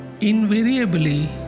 invariably